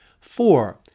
Four